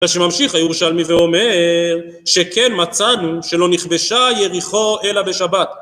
מה שממשיך הירושלמי ואומר שכן מצאנו שלא נכבשה יריחו אלא בשבת